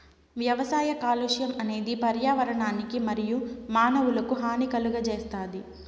వ్యవసాయ కాలుష్యం అనేది పర్యావరణానికి మరియు మానవులకు హాని కలుగజేస్తాది